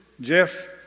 Jeff